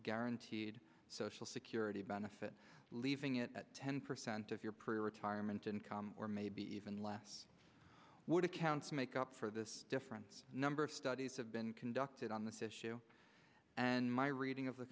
guaranteed social security benefit leaving it at ten percent of your pre retirement income or maybe even less what accounts make up for this difference number of studies have been conducted on this issue and my reading of the